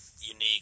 unique